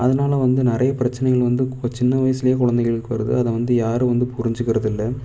அதனால வந்து நிறையப் பிரச்சனைகள் வந்து சின்ன இப்போ வயசில் குழந்தைகளுக்கு வருது அது வந்து யாரும் வந்து புரிஞ்சிக்கிறதில்லை